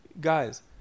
Guys